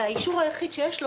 והאישור היחיד שיש לו,